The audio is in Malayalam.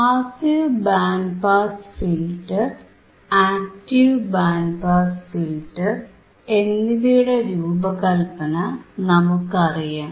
passive band pass filter active band pass filter എന്നിവയുടെ രൂപകല്പന നമുക്കറിയാം